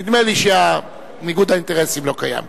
נדמה לי שניגוד האינטרסים לא קיים כאן.